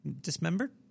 dismembered